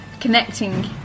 connecting